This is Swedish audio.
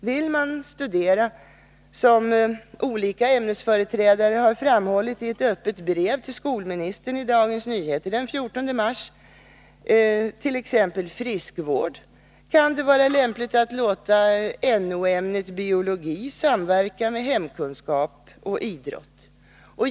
Vill man studera — som olika ämnesföreträdare framhåller i ett öppet brev tillskolministern i DN den 14 mars —t.ex. friskvård, kan det vara lämpligt att låta NO-ämnet biologi samverka med hemkunskap och idrott.